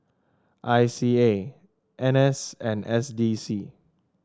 I C A N S and S D C